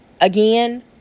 again